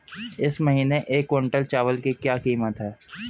इस महीने एक क्विंटल चावल की क्या कीमत है?